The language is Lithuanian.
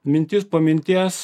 mintis po minties